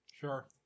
Sure